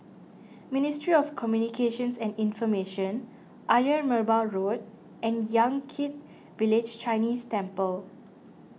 Ministry of Communications and Information Ayer Merbau Road and Yan Kit Village Chinese Temple